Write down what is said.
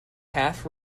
half